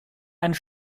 einen